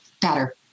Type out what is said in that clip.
better